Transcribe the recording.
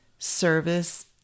Service